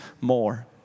more